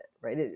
right